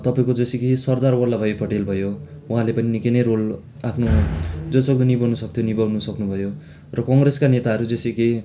तपाईँको जैसे कि सरदार बल्लभ भाइ पटेल भयो उहाँले पनि निक्कै नै रोल आफ्नो जतिसक्दो निभाउनु सक्थ्यो निभाउनु सक्नु भयो र कङ्ग्रेसका नेताहरू जैसे कि